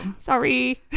Sorry